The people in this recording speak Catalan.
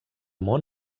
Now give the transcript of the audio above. món